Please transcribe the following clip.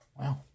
Wow